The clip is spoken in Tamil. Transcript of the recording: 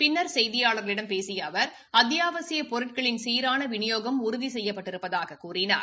பின்னா் செய்தியாளா்களிடம் பேசிய அவா் அத்தியாவசியப் பொருட்களின் சீரான விநியோகம் உறுதி செய்யப்பட்டிருப்பதாகக் கூறினார்